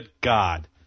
God